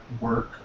work